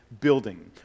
building